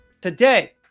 Today